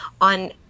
on